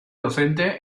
docente